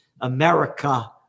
America